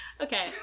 Okay